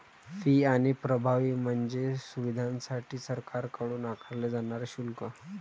fee आणि प्रभावी म्हणजे सुविधांसाठी सरकारकडून आकारले जाणारे शुल्क